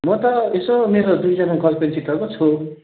म त यसो मेरो दुईजना गर्लफ्रेन्डसित पो छु